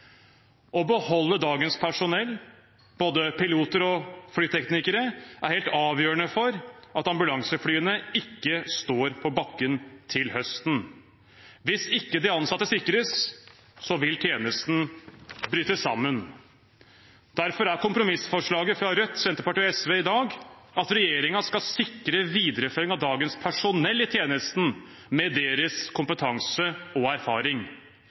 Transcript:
Å beholde dagens personell, både piloter og flyteknikere, er helt avgjørende for at ambulanseflyene ikke skal stå på bakken til høsten. Hvis ikke de ansatte sikres, vil tjenesten bryte sammen. Derfor er kompromissforslaget fra Rødt, Senterpartiet og SV i dag at regjeringen skal sikre videreføring av dagens personell i tjenesten, med deres kompetanse og erfaring.